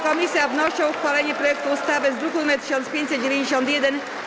Komisja wnosi o uchwalenie projektu ustawy z druku nr 1591.